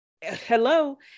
Hello